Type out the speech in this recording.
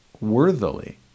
worthily